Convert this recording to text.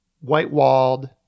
white-walled